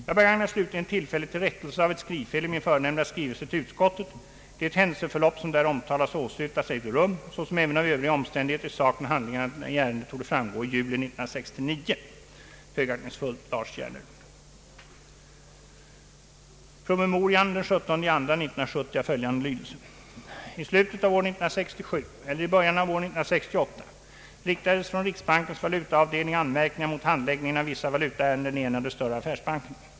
Jag begagnar slutligen tillfället till rättelse av ett skrivfel i min förenämnda skrivelse till utskottet: det händelseförlopp som där omtalas och åsyftas ägde rum, såsom även av Övriga omständigheter i saken och handlingarna i ärendet torde framgå, i juli 1969. ”T slutet av år 1967 eller början av år 1968 riktades från riksbankens valutaavdelning anmärkningar mot handläggningen av vissa valutaärenden i en av de större affärsbankerna.